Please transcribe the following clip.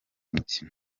mukino